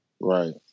Right